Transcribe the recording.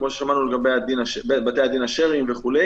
כמו ששמענו לגבי בתי הדין השרעיים וכו'.